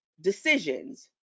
decisions